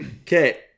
Okay